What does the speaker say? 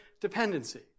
dependency